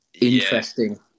Interesting